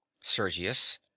Sergius